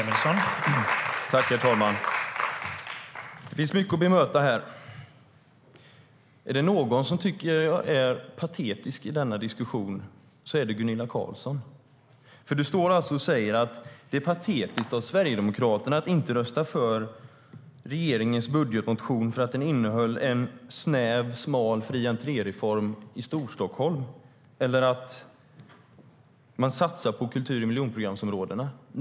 Herr talman! Det finns mycket att bemöta här. Är det någon som är patetisk i denna diskussion är det Gunilla Carlsson. Hon står och säger att det är patetiskt av Sverigedemokraterna att inte rösta för regeringens budgetmotion, som innehöll en snäv och smal fri-entré-reform i Storstockholm och satsningar på kultur i miljonprogramsområdena.